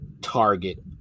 target